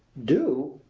do!